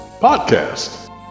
Podcast